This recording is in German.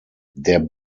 der